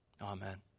Amen